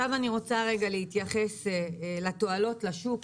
אני רוצה להתייחס לתועלות לשוק.